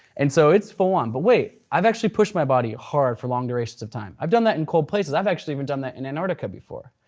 and so, it's full on, but wait i've actually pushed my body hard for long durations of time. i've done that in cold places. i've actually even done that in antarctica before.